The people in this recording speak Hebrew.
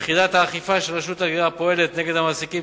יחידת האכיפה של רשות ההגירה הפועלת נגד המעסיקים